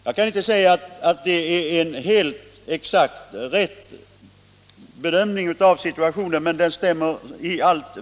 Jag kan inte säga att detta är en exakt riktig bedömning av situationen, för den är svår att göra.